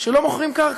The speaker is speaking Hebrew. שלא מוכרים קרקע.